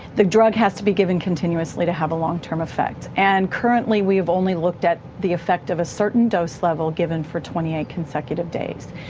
the drug has to be given continuously to have a long-term effect and currently we have only looked at the effect of a certain dose level given for twenty eight consecutive days.